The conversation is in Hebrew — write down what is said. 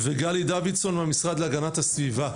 וגלי דוידסון מהמשרד להגנת הסביבה.